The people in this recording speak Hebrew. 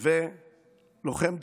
ולוחם דרוזי,